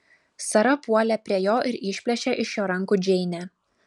sara puolė prie jo ir išplėšė iš jo rankų džeinę